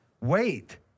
Wait